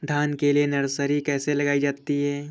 धान के लिए नर्सरी कैसे लगाई जाती है?